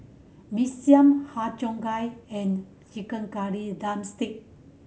Mee Siam Har Cheong Gai and chicken curry drumstick